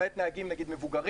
למעט נהגים מבוגרים,